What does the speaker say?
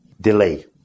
delay